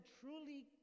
truly